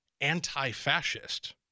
anti-fascist